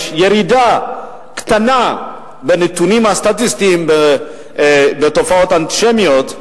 יש ירידה קטנה בנתונים הסטטיסטיים של התופעות האנטישמיות.